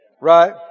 Right